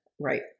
Right